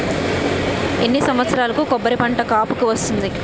ఎన్ని సంవత్సరాలకు కొబ్బరి పంట కాపుకి వస్తుంది?